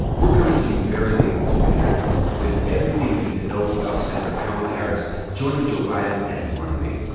we're comin' to you very late on tuesday night with everything you need to know about senator kamala harris joining joe biden as his running mate.